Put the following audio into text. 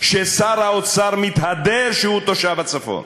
כששר האוצר מתהדר שהוא תושב הצפון,